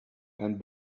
and